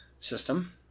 system